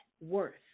worth